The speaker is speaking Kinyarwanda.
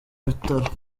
bitaro